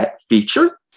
feature